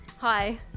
Hi